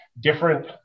different